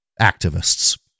activists